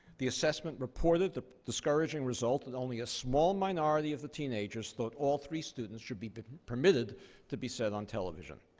the assessment reported the discouraging result that only a small minority of the teenagers thought all three students should be permitted to be said on television.